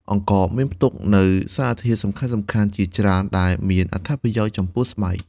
អង្ករមានផ្ទុកនូវសារធាតុសំខាន់ៗជាច្រើនដែលមានអត្ថប្រយោជន៍ចំពោះស្បែក។